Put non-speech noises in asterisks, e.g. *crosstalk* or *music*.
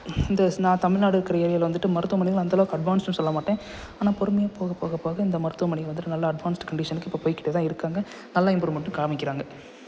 இந்த வருஷம் நான் தமிழ்நாடு *unintelligible* வந்துவிட்டு மருத்துமனைகள் அந்த அளவுக்கு அட்வான்ஸுன்னு சொல்ல மாட்டேன் ஆனால் பொறுமையாக போக போக போக இந்த மருத்துமனைகள் வந்துவிட்டு நல்ல அட்வான்ஸுடு கண்டிஷனுக்கு இப்போ போயிகிட்டேதான் இருக்காங்க நல்ல இம்புருமெண்ட்டும் காமிக்கிறாங்க